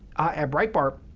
at breitbart,